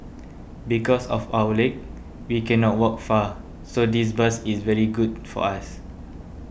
because of our leg we cannot walk far so this bus is very good for us